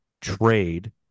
trade